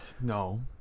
no